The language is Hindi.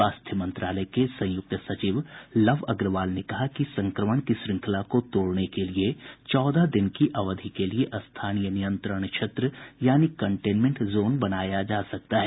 स्वास्थ्य मंत्रालय के संयुक्त सचिव लव अग्रवाल ने कहा कि संक्रमण की श्रंखला तोड़ने के लिए चौदह दिन की अवधि के लिए स्थानीय नियंत्रण क्षेत्र यानी कंटेनमेंट जोन बनाया जा सकता है